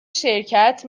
شرکت